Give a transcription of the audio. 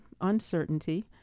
uncertainty